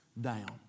down